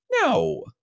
No